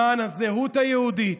למען הזהות היהודית,